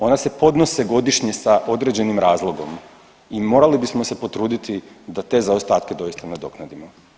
Ona se podnose godišnje sa određenim razlogom i morali bismo se potruditi da te zaostatke doista nadoknadimo.